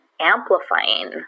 amplifying